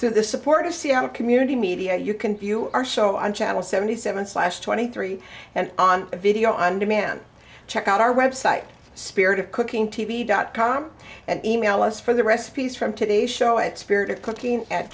through the support to see how the community media you can view our show on channel seventy seven slash twenty three and on video on demand check out our website spirit of cooking t v dot com and e mail us for the recipes from today's show at spirit of cooking at